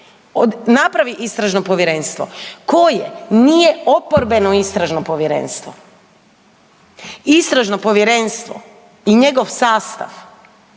napravi istražno povjerenstvo koje nije oporbeno istražno povjerenstvo. Istražno povjerenstvo i njegov sastav